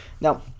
Now